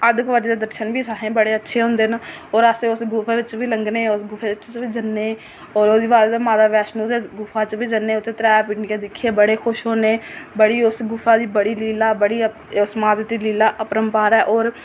अर्धकुंवारी दे दर्शन बी असेंगी अच्छे होंदे न होर अस उस गुफा बिच बी जन्ने ते उस गुफा बिच बी लंघने होर ओह्दे बाद माता वैष्णो दी गुफा बिच बी जन्ने त्रै पिंडियां दिक्खियै बड़े खुश होन्ने बड़ी उस गुफा दी बड़ी लीला उस माता दी लीला अपरम्पार ऐ